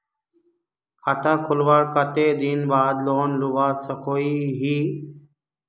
खाता खोलवार कते दिन बाद लोन लुबा सकोहो ही?